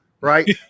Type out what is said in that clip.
right